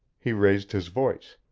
he raised his voice.